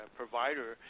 provider